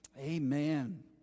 Amen